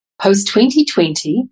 Post-2020